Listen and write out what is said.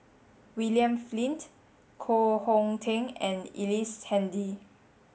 William Flint Koh Hong Teng and Ellice Handy